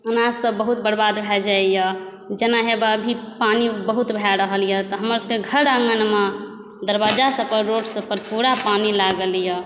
अनाज सब बहुत बर्बाद भए जाइया जेना है वएह अभी पानि बहुत भए रहलै हँ तऽ हमर सबकेँ घर आङ्गनमे दरवाजा सब पर रोड सब पर पुरा पानि लागल यऽ